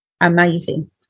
amazing